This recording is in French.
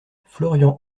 florian